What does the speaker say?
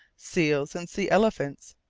seals, and sea-elephants.